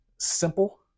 Simple